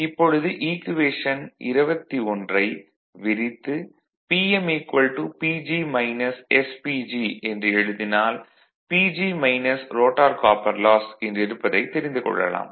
இப்பொழுது ஈக்குவேஷன் 21 ஐ விரித்து Pm PG sPG என்று எழுதினால் PG ரோட்டார் காப்பர் லாஸ் என்றிருப்பதைத் தெரிந்து கொள்ளலாம்